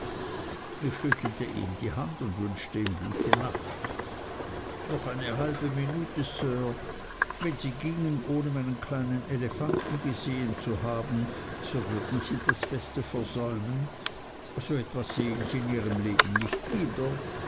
ich schüttelte ihm die hand und wünschte ihm gute nacht noch eine halbe minute sir wenn sie gingen ohne meinen kleinen elefanten gesehen zu haben so würden sie das beste versäumen so etwas sehen sie in ihrem leben nicht wieder